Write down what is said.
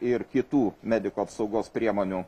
ir kitų medikų apsaugos priemonių